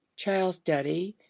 child-study,